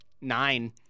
nine